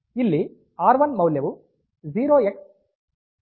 ಇಲ್ಲಿ ಆರ್1 ಮೌಲ್ಯವು 0 x 200 ಆಗಿರುತ್ತದೆ